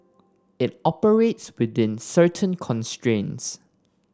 it operates within certain constraints